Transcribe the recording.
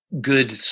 Good